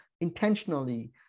intentionally